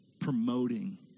promoting